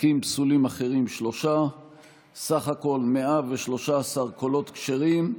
פתקים פסולים אחרים, 3. סך הכול, 113 קולות כשרים.